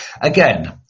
again